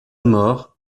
mort